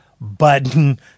button